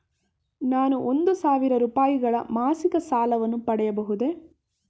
ನಾನು ಒಂದು ಸಾವಿರ ರೂಪಾಯಿಗಳ ಮಾಸಿಕ ಸಾಲವನ್ನು ಪಡೆಯಬಹುದೇ?